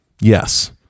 yes